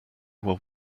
were